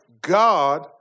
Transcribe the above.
God